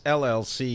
llc